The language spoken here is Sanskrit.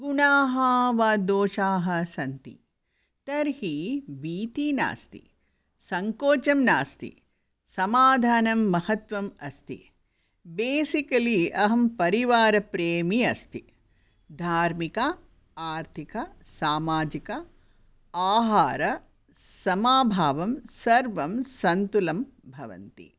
गुणा वा दोषा सन्ति तर्हि भीतिः नास्ति सङ्कोचं नास्ति समादानं महत्वम् अस्ति बेसिकलि अहं परिवारप्रेमी अस्मि धार्मिक आर्तिक सामाजिक आहार समभावं सर्वं सन्तुलं भवन्ति